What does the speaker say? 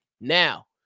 Now